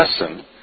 lesson